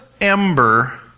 ember